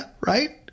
right